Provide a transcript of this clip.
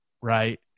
right